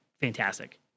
fantastic